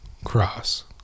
Cross